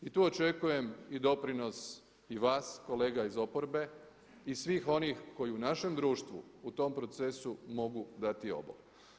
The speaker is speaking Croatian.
I tu očekujem i doprinos i vas kolega iz oporbe i svih onih koji u našem društvu u tom procesu mogu dati obol.